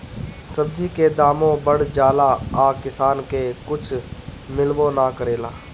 सब्जी के दामो बढ़ जाला आ किसान के कुछ मिलबो ना करेला